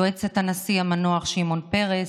יועצת הנשיא המנוח שמעון פרס,